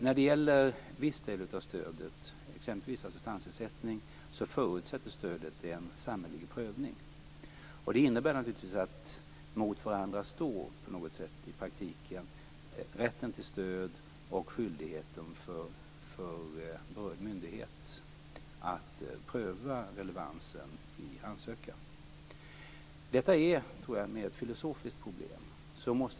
När det gäller viss del av stödet, exempelvis assistansersättning, förutsätter stödet en samhällelig prövning. Det innebär att mot varandra står i praktiken rätten till stöd och skyldigheten för myndighet att pröva relevansen i en ansökan. Jag tror att detta är ett mer filosofiskt problem.